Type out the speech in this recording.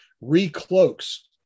re-cloaks